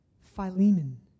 Philemon